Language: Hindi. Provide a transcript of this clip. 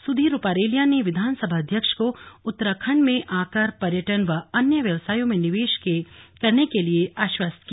सुधीर रूपारेलिया ने विधानसभा अध्यक्ष को उत्तराखंड में आकर पर्यटन वह अन्य व्यवसायों में निवेश करने के लिए आश्वस्त किया